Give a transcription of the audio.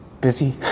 Busy